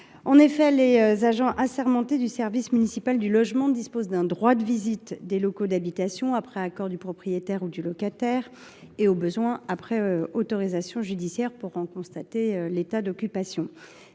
rectifié. Les agents assermentés du service municipal du logement disposent d’un droit de visite des locaux d’habitation, après accord du propriétaire ou du locataire, ou au besoin après autorisation judiciaire, pour en constater l’état d’occupation.